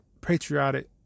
patriotic